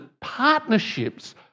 partnerships